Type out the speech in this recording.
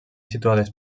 situades